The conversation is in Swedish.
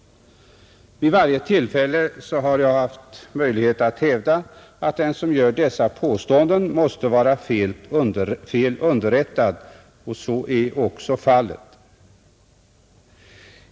Vid varje tillfälle har jag haft möjlighet att hävda att den som gör dessa påståenden måste vara fel underrättad och så är också fallet.